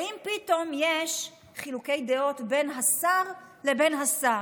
ואם פתאום יש חילוקי דעות בין השר לבין השר?